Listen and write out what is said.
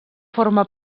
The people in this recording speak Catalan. forma